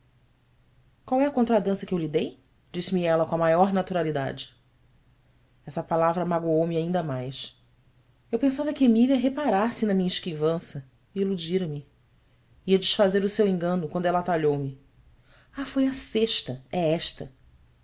qual é a contradança que eu lhe dei disse-me ela com a maior naturalidade essa palavra magoou me ainda mais eu pensava que emília reparasse na minha esquivança e iludirame ia desfazer o seu engano quando ela atalhou me h oi a sexta é esta